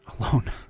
alone